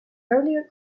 earlier